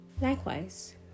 likewise